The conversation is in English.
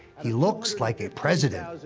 he looks like a president.